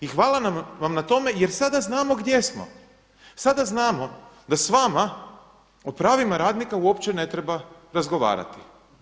I hvala vam na tome jer sada znamo gdje smo, sada znamo da s vama o pravima radnika uopće ne treba razgovarati.